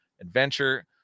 Adventure